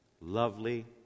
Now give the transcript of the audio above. lovely